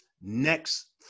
next